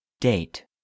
Date